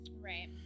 Right